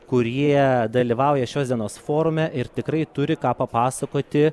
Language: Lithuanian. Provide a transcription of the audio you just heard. kurie dalyvauja šios dienos forume ir tikrai turi ką papasakoti